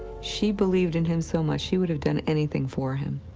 she believed in him so much, she would have done anything for him.